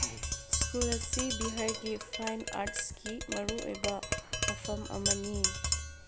school ꯑꯁꯤ ꯕꯤꯍꯥꯔꯒꯤ fine ꯑꯥꯔꯠꯁꯀꯤ ꯃꯔꯨꯑꯣꯏꯕ ꯃꯐꯝ ꯑꯃꯅꯤ